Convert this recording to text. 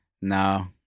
No